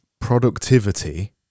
productivity